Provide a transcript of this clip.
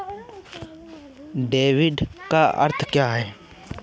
Debit का अर्थ क्या है?